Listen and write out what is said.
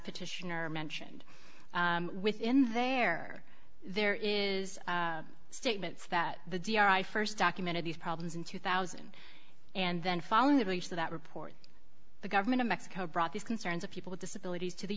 petitioner mentioned within there there is statements that the d r i st documented these problems in two thousand and then following the release of that report the government of mexico brought these concerns of people with disabilities to the